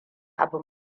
abu